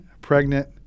pregnant